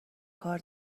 کار